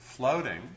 floating